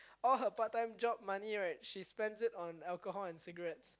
all her part time job money right she spends it on alcohol and cigarettes